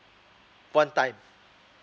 one time